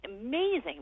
amazing